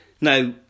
Now